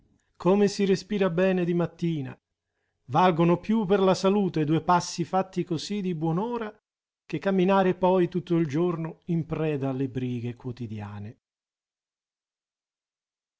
come si respira bene di mattina valgono più per la salute due passi fatti così di buon'ora che camminare poi tutto il giorno in preda alle brighe quotidiane